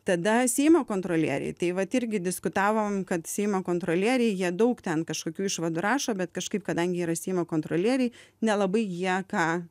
tada seimo kontrolieriai tai vat irgi diskutavom kad seimo kontrolieriai jie daug ten kažkokių išvadų rašo bet kažkaip kadangi jie yra seimo kontrolieriai nelabai jie ką